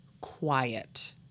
quiet